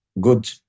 good